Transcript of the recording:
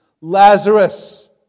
Lazarus